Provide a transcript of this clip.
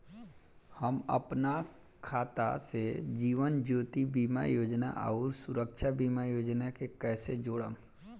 हम अपना खाता से जीवन ज्योति बीमा योजना आउर सुरक्षा बीमा योजना के कैसे जोड़म?